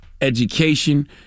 education